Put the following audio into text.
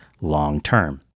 long-term